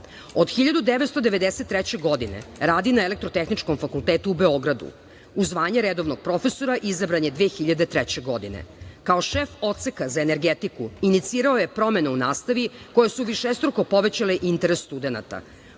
Od 1993. godine radi na Elektrotehničkom fakultetu u Beogradu. U zvanje redovnog profesora izabran je 2003. godine. Kao šef Odseka za energetiku inicirao je promenu u nastavi koje su višestruko povećale interes studenata.